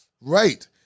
Right